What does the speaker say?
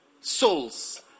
souls